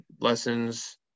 lessons